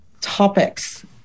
topics